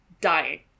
dying